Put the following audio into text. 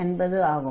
என்பது ஆகும்